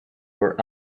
were